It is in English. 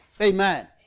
Amen